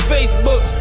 Facebook